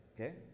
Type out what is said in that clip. okay